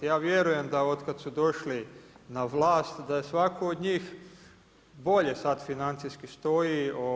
Ja vjerujem da od kada su došli na vlast da je svatko od njih bolje sada financijski stoji.